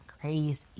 crazy